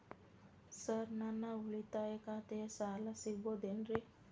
Sir ನನ್ನ ಉಳಿತಾಯ ಖಾತೆಯ ಸಾಲ ಸಿಗಬಹುದೇನ್ರಿ?